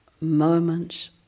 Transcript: moments